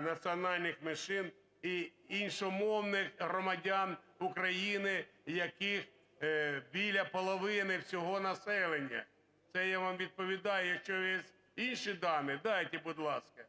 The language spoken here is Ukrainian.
національних меншин і іншомовних громадян України, яких біля половини всього населення. Це я вам відповідаю, якщо є інші дані, дайте, будь ласка.